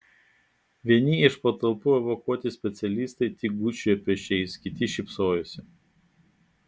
vieni iš patalpų evakuoti specialistai tik gūžčiojo pečiais kiti šypsojosi